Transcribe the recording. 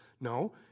No